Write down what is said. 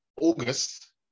August